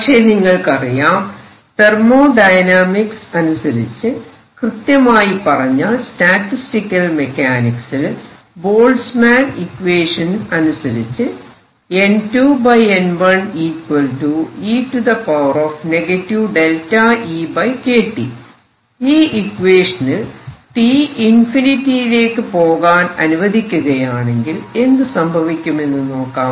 പക്ഷെ നിങ്ങൾക്കറിയാം തെർമോഡയനാമിക്സ് അനുസരിച്ച് കൃത്യമായി പറഞ്ഞാൽ സ്റ്റാറ്റിസ്റ്റിക്കൽ മെക്കാനിക്സിൽ ബോൾട്സ്മാൻ ഇക്വേഷൻ അനുസരിച്ച് ഈ ഇക്വേഷനിൽ T →∞ ലേക്ക് പോകാൻ അനുവദിക്കയാണെങ്കിൽ എന്ത് സംഭവിക്കുമെന്ന് നോക്കാം